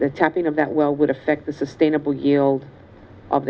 that well would affect the sustainable yield of